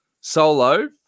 solo